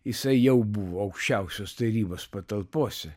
jisai jau buvo aukščiausios tarybos patalpose